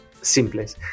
simples